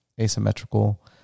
asymmetrical